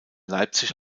leipzig